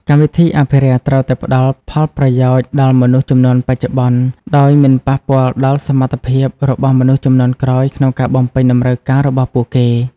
កម្មវិធីអភិរក្សត្រូវតែផ្ដល់ផលប្រយោជន៍ដល់មនុស្សជំនាន់បច្ចុប្បន្ន ដោយមិនប៉ះពាល់ដល់សមត្ថភាពរបស់មនុស្សជំនាន់ក្រោយក្នុងការបំពេញតម្រូវការរបស់ពួកគេ។